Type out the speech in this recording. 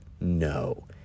no